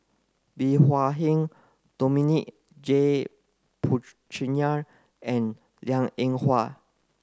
Bey Hua Heng Dominic J Puthucheary and Liang Eng Hwa